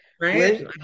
Right